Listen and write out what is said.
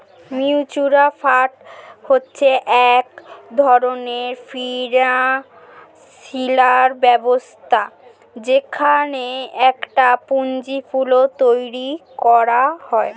mutual fund হচ্ছে এক ধরণের ফিনান্সিয়াল ব্যবস্থা যেখানে একটা পুঁজির পুল তৈরী করা হয়